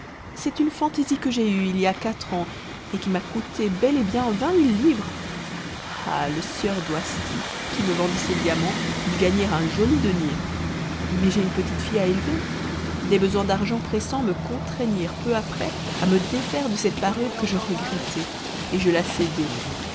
c'est une fantaisie que j'eus il y a quatre ans et qui me coûta bel et bien vingt mille livres ah le sieur doisty qui me vendit ces diamants dut gagner un joli denier mais j'ai une petite-fille à élever des besoins d'argent pressants me contraignirent peu après à me défaire de cette parure que je regrettai et je la cédai